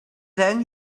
then